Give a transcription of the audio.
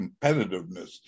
competitiveness